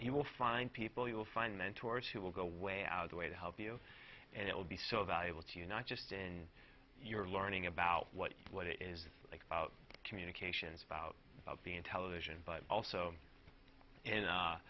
you will find people you will find mentors who will go way out of the way to help you and it will be so valuable to you not just in your learning about what what it is like communications about being television but also